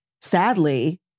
sadly